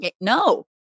No